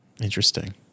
Interesting